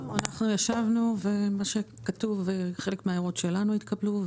אנחנו ישבנו ומה שכתוב חלק מההערות שלנו התקבלו,